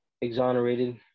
exonerated